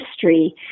history